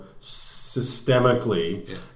systemically